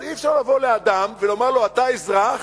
אבל אי-אפשר לבוא לאדם ולומר לו: אתה אזרח,